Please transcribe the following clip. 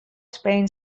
spain